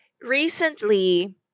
Recently